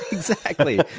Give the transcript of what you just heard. exactly.